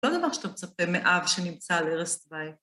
לא דבר שאתה מצפה מאב שנמצא על ערס דווי.